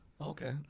Okay